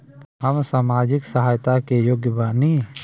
हम सामाजिक सहायता के योग्य बानी?